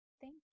Thank